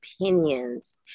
opinions